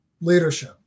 Leadership